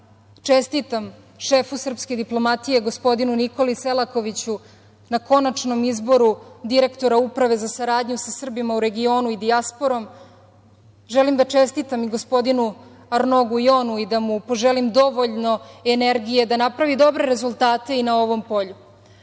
čestitam šefu srpske diplomatije, gospodinu Nikoli Selakoviću, na konačnom izboru direktora Uprave za saradnju sa Srbima u regionu i dijasporom i želim da čestitam i gospodinu Arno Gujonu i da mu poželim dovoljno energije da napravi dobre rezultate i na ovom polju. Svoj